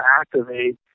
activate